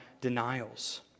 denials